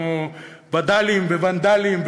כמו וד"לים וונד"לים,